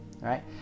right